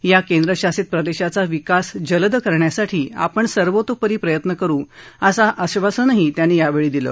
या केंद्रशासित प्रदेशाचा विकास जलद करण्यासाठी आपण सर्वतोपरी प्रयत्न करु असं आश्वसनही त्यांनी यावेळी दिलं